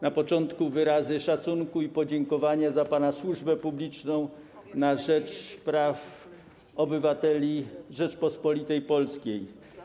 Na początku wyrazy szacunku i podziękowania za pana służbę publiczną na rzecz praw obywateli Rzeczypospolitej Polskiej.